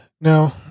Now